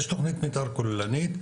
יש תוכנית מתאר כוללנית,